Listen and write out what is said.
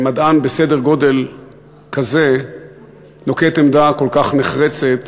שמדען בסדר-גודל כזה נוקט עמדה כל כך נחרצת